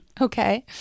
Okay